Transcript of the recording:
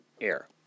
air